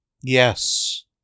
Yes